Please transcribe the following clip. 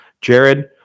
Jared